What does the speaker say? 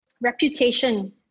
reputation